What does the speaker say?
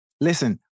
Listen